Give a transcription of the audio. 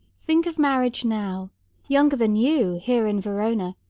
think of marriage now younger than you, here in verona,